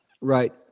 Right